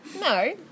No